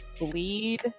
bleed